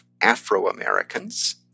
Afro-Americans